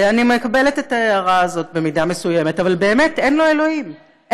שלי, יש לו, יש לו.